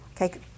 okay